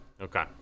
Okay